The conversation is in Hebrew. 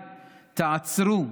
תעצרו.